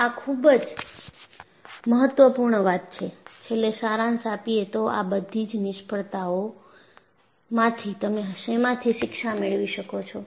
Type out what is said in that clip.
આ ખૂબ જ મહત્વપૂર્ણ વાત છે છેલ્લે સારાંશ આપીએ તો આ બધી જ નિષ્ફળતાઓ માંથી તમે શેમાંથી શિક્ષા મેળવી શકો છો